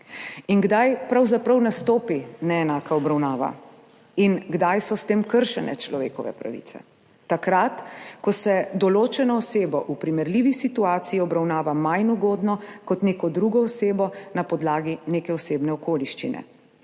Kdaj pravzaprav nastopi neenaka obravnava in kdaj so s tem kršene človekove pravice? Takrat, ko se določeno osebo v primerljivi situaciji obravnava manj ugodno kot neko drugo osebo na podlagi neke osebne okoliščine.